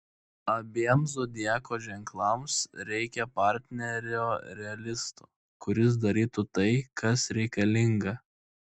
abiem zodiako ženklams reikia partnerio realisto kuris darytų tai kas reikalinga